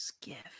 Gift